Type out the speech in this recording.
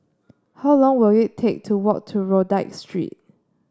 how long will it take to walk to Rodyk Street